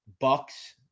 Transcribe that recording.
Bucks